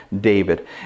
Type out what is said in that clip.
David